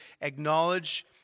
acknowledge